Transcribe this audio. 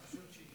הוא פשוט שיקר.